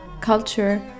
culture